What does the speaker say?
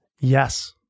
yes